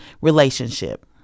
relationship